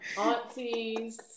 aunties